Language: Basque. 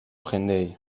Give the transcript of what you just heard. jendeei